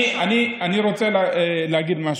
אני רוצה להגיד משהו.